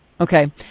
Okay